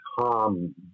Tom